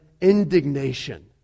indignation